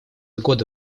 года